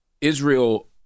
Israel